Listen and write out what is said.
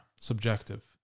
subjective